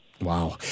Wow